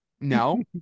No